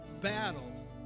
battle